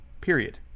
period